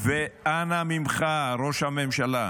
ואנא ממך, ראש הממשלה,